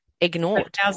ignored